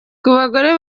bagore